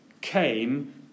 came